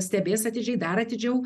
stebės atidžiai dar atidžiau